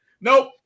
Nope